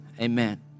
amen